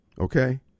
Okay